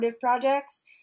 projects